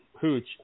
Hooch